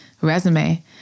resume